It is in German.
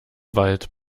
wald